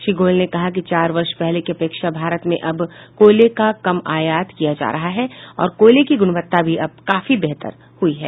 श्री गोयल ने कहा कि चार वर्ष पहले की अपेक्षा भारत अब कोयले का कम आयात किया जा रहा है और कोयले की गुणवत्ता भी अब काफी बेहतर है